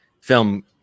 film